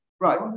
right